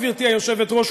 גברתי היושבת-ראש,